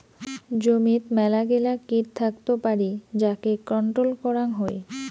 জমিত মেলাগিলা কিট থাকত পারি যাকে কন্ট্রোল করাং হই